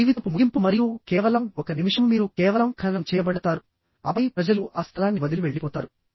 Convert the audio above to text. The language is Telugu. మీ జీవితపు ముగింపు మరియు కేవలం ఒక నిమిషం మీరు కేవలం ఖననం చేయబడతారు ఆపై ప్రజలు ఆ స్థలాన్ని వదిలి వెళ్ళిపోతారు